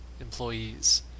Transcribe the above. employees